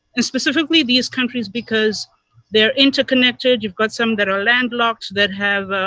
and specifically these countries because they're interconnected you've got some that are landlocked that have